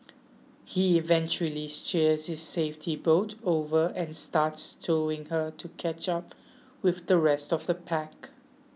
he eventually steers his safety boat over and starts towing her to catch up with the rest of the pack